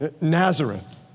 Nazareth